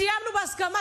סיימנו בהסכמה,